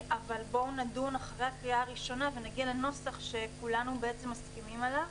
אבל בואו נדון אחרי הקריאה הראשונה ונגיע לנוסח שכולנו מסכימים עליו